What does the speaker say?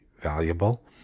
valuable